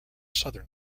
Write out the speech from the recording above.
southern